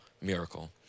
miracle